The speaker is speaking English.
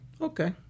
Okay